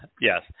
Yes